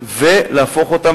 ולהפוך אותם,